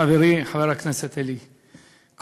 חברי חבר הכנסת אלי כהן,